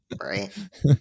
Right